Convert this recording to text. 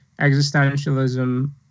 existentialism